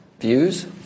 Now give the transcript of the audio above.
views